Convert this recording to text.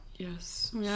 Yes